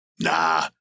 Nah